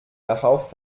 darauf